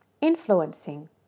Influencing